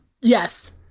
Yes